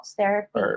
Therapy